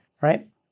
right